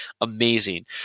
amazing